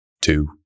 two